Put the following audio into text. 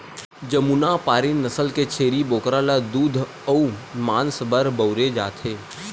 जमुनापारी नसल के छेरी बोकरा ल दूद अउ मांस बर बउरे जाथे